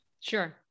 Sure